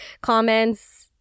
comments